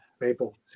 Maple